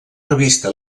revista